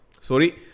Sorry